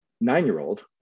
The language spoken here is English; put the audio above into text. nine-year-old